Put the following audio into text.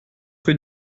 rue